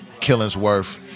Killingsworth